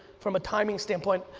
from a timing standpoint,